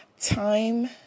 time